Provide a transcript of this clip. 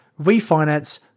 refinance